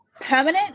Permanent